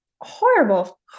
Horrible